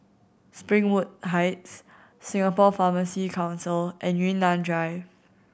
Springwood Heights Singapore Pharmacy Council and Yunnan Drive